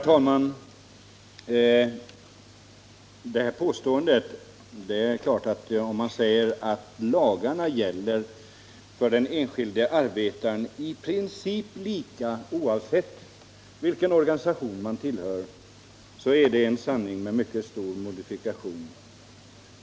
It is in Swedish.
Herr talman! Påståendet att lagarna gäller i princip lika för den enskilde arbetaren oavsett vilken organisation han tillhör är en sanning med mycket stor modifikation.